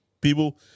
People